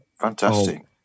Fantastic